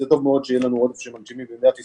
וטוב מאוד שיהיה לנו עודף של מנשימים במדינת ישראל,